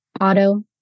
auto